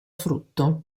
frutto